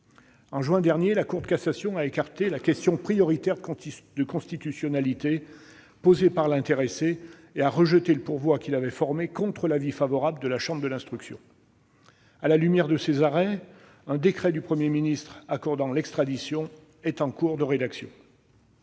En juin dernier, la Cour de cassation a écarté la question prioritaire de constitutionnalité posée par l'intéressé et a rejeté le pourvoi qu'il avait formé contre l'avis favorable de la chambre de l'instruction. À la lumière de ces arrêts, un décret du Premier ministre accordant l'extradition est en cours de rédaction.